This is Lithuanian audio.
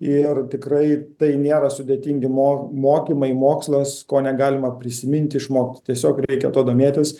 ir tikrai tai nėra sudėtingi mo mokymai mokslas ko negalima prisiminti išmokti tiesiog reikia tuo domėtis